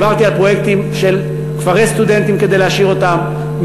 דיברתי על פרויקטים של כפרי סטודנטים כדי להשאיר אותם,